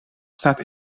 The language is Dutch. staat